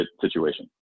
situation